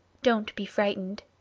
don't be frightened.